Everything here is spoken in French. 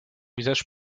visage